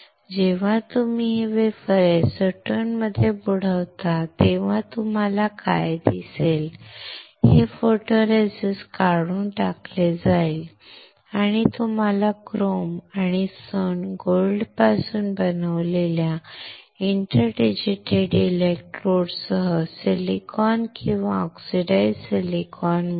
जेव्हा तुम्ही हे वेफर एसीटोनमध्ये बुडवता तेव्हा तुम्हाला काय दिसेल हे फोटोरेसिस्ट काढून टाकले जाईल आणि तुम्हाला क्रोम आणि सोन्यापासून बनवलेल्या इंटर डिजीटेटेड इलेक्ट्रोडसह सिलिकॉन किंवा ऑक्सिडाइज्ड सिलिकॉन मिळेल